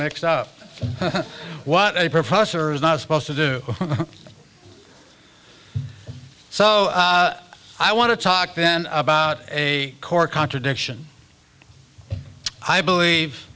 mixed up what a professor is not supposed to do so i want to talk then about a core contradiction i believe